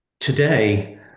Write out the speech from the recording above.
Today